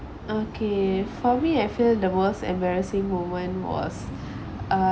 okay for me I feel the most embarrassing moment was uh